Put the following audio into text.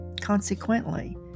Consequently